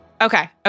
okay